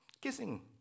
kissing